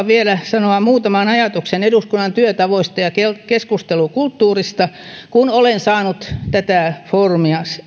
vielä sanoa muutaman ajatuksen eduskunnan työtavoista ja keskustelukulttuurista kun olen saanut tätä foorumia